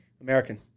American